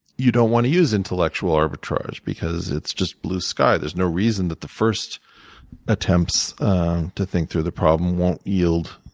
you don't want to use intellectual arbitrage because it's just blue sky. there's no reason that the first attempts to think through the problem won't yield